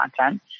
content